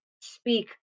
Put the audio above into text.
speak